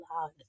loud